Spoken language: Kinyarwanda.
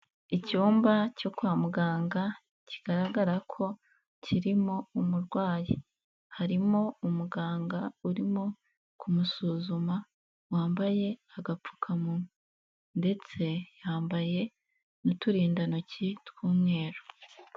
Icyumba cyo kwa muganga kigaragara ko kirimo umurwayi, harimo umuganga urimo kumusuzuma wambaye agapfukamunwa ndetse yambaye n'uturindantoki tw'umweru.